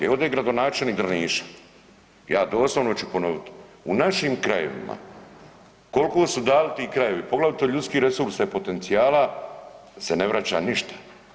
Evo ovdje je gradonačelnik Drniša, ja doslovno ću ponoviti, u našim krajevima koliko su dali ti krajevi, poglavito ljudskih resursa potencijala se vreća ništa.